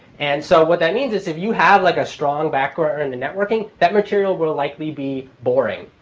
and so what that means is if you have like a strong background in the networking, that material will likely be boring,